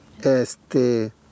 Este